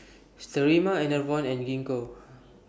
Sterimar Enervon and Gingko